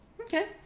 Okay